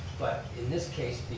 but in this case